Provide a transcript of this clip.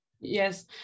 Yes